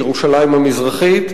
מירושלים המזרחית,